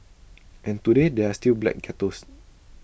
and today there are still black ghettos